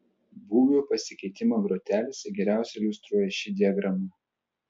būvio pasikeitimą grotelėse geriausiai iliustruoja ši diagrama